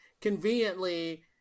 conveniently